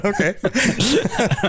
okay